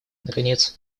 наконец